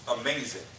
amazing